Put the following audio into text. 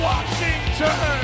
Washington